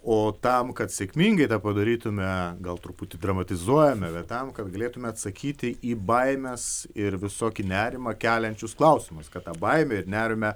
o tam kad sėkmingai tą padarytume gal truputį dramatizuojame bet tam kad galėtume atsakyti į baimes ir visokį nerimą keliančius klausimus kad ta baimę ir nerime